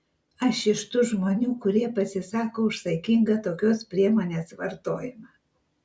aš iš tų žmonių kurie pasisako už saikingą tokios priemonės vartojimą